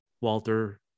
Walter